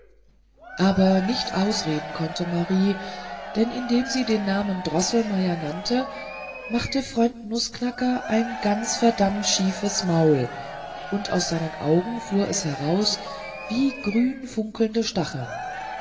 aber nicht ausreden konnte marie denn indem sie den namen droßelmeier nannte machte freund nußknacker ein ganz verdammt schiefes maul und aus seinen augen fuhr es heraus wie grünfunkelnde stacheln